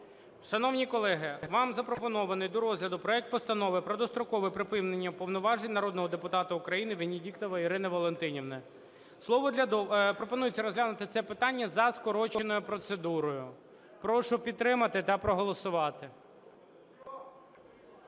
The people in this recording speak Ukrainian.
Шановні колеги, вам запропонований до розгляду проект Постанови про дострокове припинення повноважень народного депутата України Венедіктової Ірини Валентинівни. Пропонується розглянути це питання за скороченою процедурою. Прошу підтримати та проголосувати.